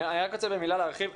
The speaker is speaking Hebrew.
אני רוצה במיל להרחיב.